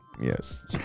Yes